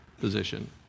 position